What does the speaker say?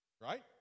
Right